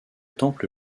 temple